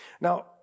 Now